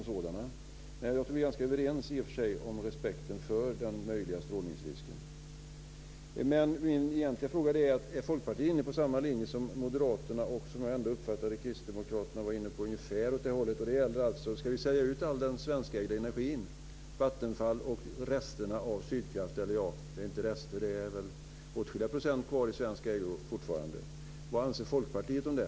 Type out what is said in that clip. Men jag tror i och för sig att vi är ganska överens om respekten för den möjliga strålningsrisken. Men min egentliga fråga är: Är Folkpartiet inne på samma linje som Moderaterna och, som jag uppfattade det, till stor del Kristdemokraterna i fråga om att vi ska sälja ut all den svenska energin, Vattenfall och det som är kvar av Sydkraft - åtskilliga procent är fortfarande kvar i svensk ägo? Vad anser Folkpartiet om det?